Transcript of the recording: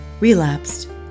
relapsed